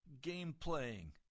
game-playing